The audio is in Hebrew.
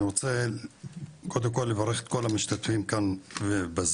אני רוצה קודם כל לברך את כל המשתתפים כאן ובזום,